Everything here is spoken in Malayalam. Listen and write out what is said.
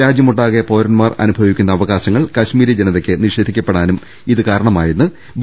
രാജ്യമൊട്ടാകെ പൌരന്മാർ അനുഭവിക്കുന്ന അവകാശങ്ങൾ കശ്മീരി ജനതക്ക് നിഷേധിക്കപ്പെടാനും ഇത് കാരണമായെന്ന് ബി